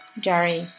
Jerry